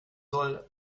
soll